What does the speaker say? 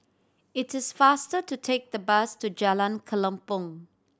it is faster to take the bus to Jalan Kelempong